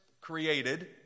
created